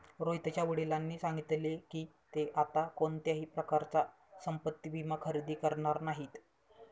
रोहितच्या वडिलांनी सांगितले की, ते आता कोणत्याही प्रकारचा संपत्ति विमा खरेदी करणार नाहीत